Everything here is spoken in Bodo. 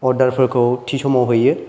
अर्डार फोरखौ थि समाव हैयो